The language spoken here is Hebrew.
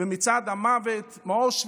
במצעד המוות באושוויץ,